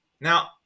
Now